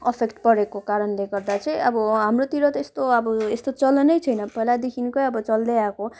effect परेको कारणले गर्दा चाहिँ अब हाम्रोतिर त्यस्तो अब यो यस्तो चलनै छैन पहिलादेखिकै अब चल्दैआएको हो